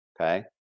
okay